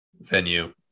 venue